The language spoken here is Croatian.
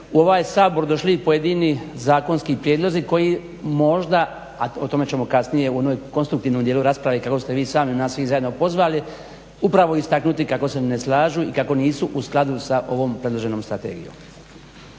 u ovaj Sabor došli i pojedini zakonski prijedlozi koji možda, a o tome ćemo kasnije u onom konstruktivnom dijelu rasprave kako ste vi sami nas sve zajedno pozvali upravo istaknuti kako se ne slažu i kako nisu u skladu sa ovom predloženom strategijom.